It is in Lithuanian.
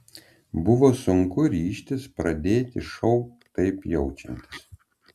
buvo sunku ryžtis pradėti šou taip jaučiantis